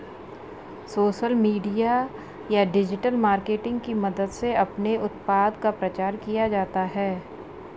social media या digital marketing की मदद से अपने उत्पाद का प्रचार किया जाता है